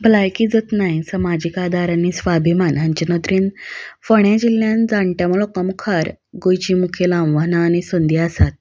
भलायकी जतनाय समाजीक आदार आनी स्वाभिमान हांच्या नदरेन फोंड्यां जिल्ल्यान जाणटे लोकां मुखार गोंयची मुखेल आव्हानां आनी संदी आसात